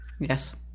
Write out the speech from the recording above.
Yes